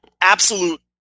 absolute